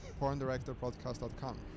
PornDirectorPodcast.com